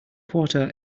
quarter